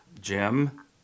Jim